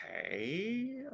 okay